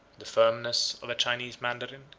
the firmness of a chinese mandarin,